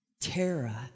Tara